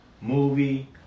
movie